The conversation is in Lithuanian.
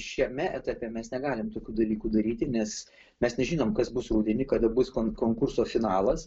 šiame etape mes negalim tokių dalykų daryti nes mes nežinom kas bus rudenį kada bus kon konkurso finalas